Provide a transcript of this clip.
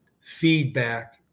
feedback